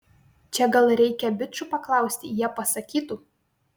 čia gal reikia bičų paklausti jie pasakytų